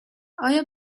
آیا